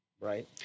Right